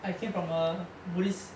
I came from a buddhist